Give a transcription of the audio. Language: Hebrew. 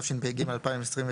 התשפ"ג-2023,